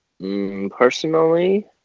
Personally